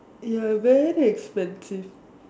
ya very expensive